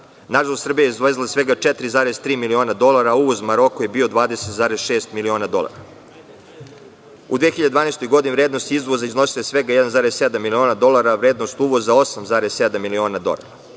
Nažalost, Srbija je izvezla svega 4,3 miliona dolara, a uvoz u Maroko je bio 20,6 miliona dolara. U 2012. godini vrednost izvoza je iznosila svega 1,7 miliona dolara, a vrednost uvoza 8,7 miliona dolara.